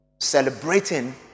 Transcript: Celebrating